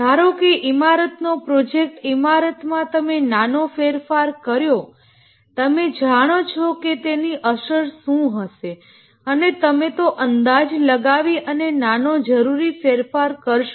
ધારો કે ઇમારતનો પ્રોજેક્ટ ઇમારતમાં તમે નાનો ફેરફાર કર્યો તમે જાણો છો કે તેની અસર શું હશે અને તમે તેનો અંદાજ લગાવી અને નાનો જરૂરી ફેરફાર કરશો